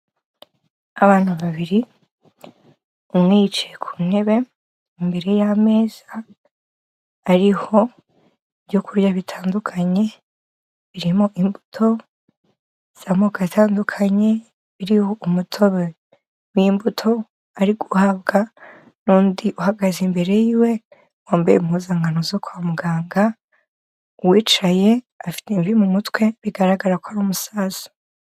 Abantu babiri, umwe yicaye ku ntebe, imbere y'ameza hariho ibyo kurya bitandukanye birimo imbuto z'amoko atandukanye, biriho umutobe w'imbuto ari guhabwa n'undi uhagaze imbere y'iwe, wambaye impuzankano zo kwa muganga, uwicaye afite imvi mu mutwe bigaragara ko ari umusaza.